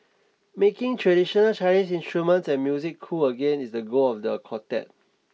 making traditional Chinese instruments and music cool again is the goal of the quartet